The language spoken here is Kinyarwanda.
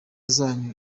zanyu